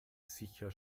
sicher